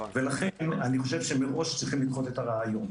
לכן צריך לזנוח את הרעיון.